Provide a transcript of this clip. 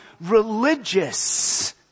religious